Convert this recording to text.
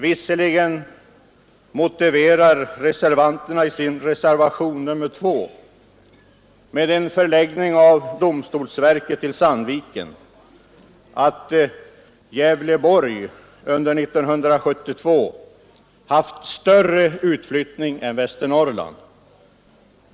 Visserligen motiverar man i reservationen 2 en förläggning av domstolsverket till Sandviken med att Gävleborgs län under 1972 haft större utflyttning än Västernorrlands län.